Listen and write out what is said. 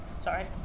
Sorry